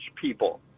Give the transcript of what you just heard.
people